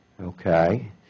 Okay